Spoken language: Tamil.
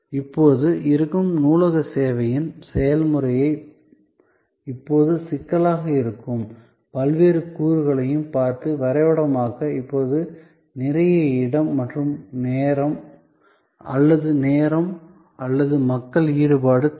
இப்போது இருக்கும் நூலக சேவையின் செயல்முறையை இப்போது சிக்கலாக இருக்கும் பல்வேறு கூறுகளைப் பார்த்து வரைபடமாக்க இப்போது நிறைய இடம் அல்லது நேரம் அல்லது மக்கள் ஈடுபாடு தேவை